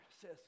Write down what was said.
says